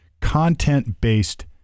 content-based